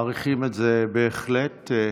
מעריכים את זה בהחלט, מאוד.